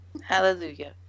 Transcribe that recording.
Hallelujah